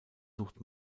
sucht